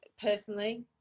personally